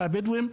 הבדואים,